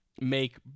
make